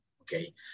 Okay